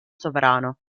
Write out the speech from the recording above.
sovrano